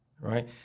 right